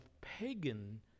pagan